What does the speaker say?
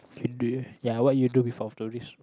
ya what you do before of the risk